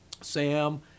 Sam